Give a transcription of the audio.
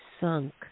sunk